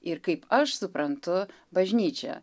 ir kaip aš suprantu bažnyčią